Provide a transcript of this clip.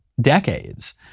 decades